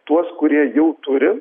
tuos kurie jau turi